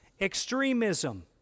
extremism